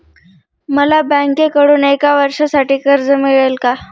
मला बँकेकडून एका वर्षासाठी कर्ज मिळेल का?